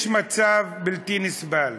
יש מצב בלתי נסבל.